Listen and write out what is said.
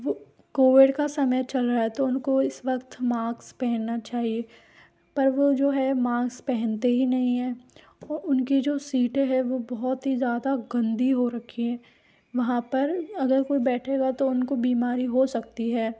वो कोविड का समय चल रहा है तो उनको इस वक्त मास्क पहनना चाहिए पर वो जो है मास्क पहनते ही नहीं हैं वो उनकी जो सीटें है वो बहुत ही ज़्यादा गन्दी हो रखी हैं वहाँ पर अगर कोई बैठेगा तो उनको बीमारी हो सकती है